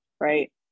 right